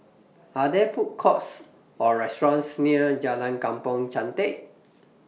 Are There Food Courts Or restaurants near Jalan Kampong Chantek